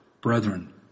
Brethren